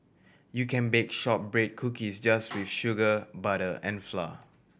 you can bake shortbread cookies just with sugar butter and flour